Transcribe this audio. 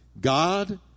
God